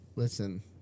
Listen